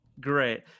Great